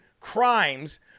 crimes